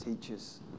teachers